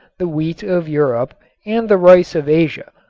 the wheat of europe and the rice of asia.